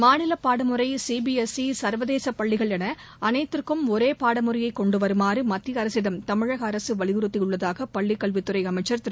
மாநில பாடமுறை சிபிஎஸ்ஈ சர்வதேச பள்ளிகள் என அனைத்திற்கும் ஒரே பாடமுறையை கொண்டு வருமாறு மத்திய அரசிடம் தமிழக அரசு வலியுறுத்தியுள்ளதாக பள்ளிக் கல்வித்துறை அமைச்சர் திரு